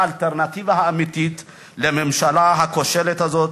היא האלטרנטיבה האמיתית לממשלה הכושלת הזאת,